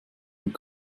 und